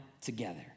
together